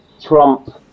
Trump